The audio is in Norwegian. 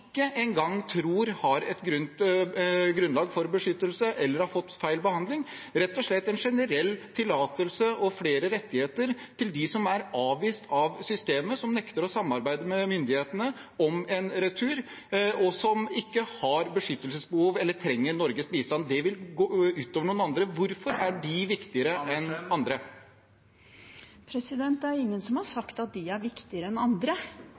ikke engang tror at har et grunnlag for beskyttelse eller har fått feil behandling – rett og slett en generell tillatelse og flere rettigheter til dem som er avvist av systemet, som nekter å samarbeide med myndighetene om en retur, og som ikke har beskyttelsesbehov eller trenger Norges bistand. Det vil gå ut over noen andre. Hvorfor er de viktigere enn andre? Det er ingen som har sagt at de er viktigere enn andre.